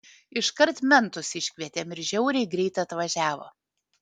iškart mentus iškvietėm ir žiauriai greit atvažiavo